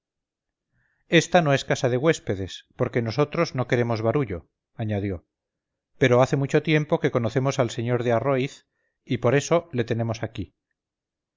esta no es casa de huéspedes porque nosotros no queremos barullo añadió pero hace mucho tiempo que conocemos al sr de arroiz y por eso le tenemos aquí